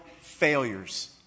failures